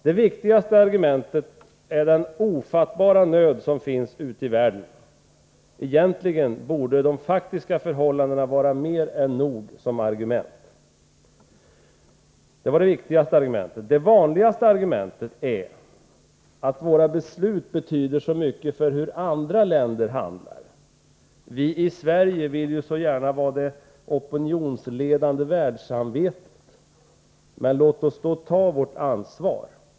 Det viktigaste argumentet är den ofattbara nöd som finns ute i världen. Egentligen borde de faktiska förhållandena vara mer än nog som argument. Det vanligaste argumentet är att våra beslut betyder så mycket för hur andra änder handlar. Vi i Sverige vill ju så gärna vara det opinionsledande världssamvetet. Låt oss då ta vårt ansvar!